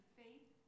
faith